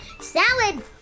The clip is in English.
salad